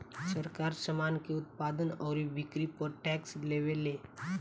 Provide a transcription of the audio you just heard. सरकार, सामान के उत्पादन अउरी बिक्री पर टैक्स लेवेले